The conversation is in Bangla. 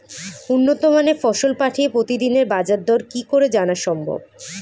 উন্নত মানের ফসল পাঠিয়ে প্রতিদিনের বাজার দর কি করে জানা সম্ভব?